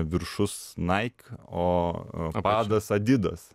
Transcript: viršus naik o padas adidas